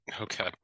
okay